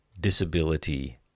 disability